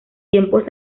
tiempos